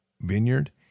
Vineyard